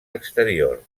exterior